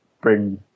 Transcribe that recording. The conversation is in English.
bring